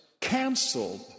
canceled